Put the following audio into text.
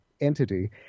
entity